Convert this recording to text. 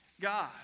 God